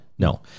No